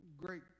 Great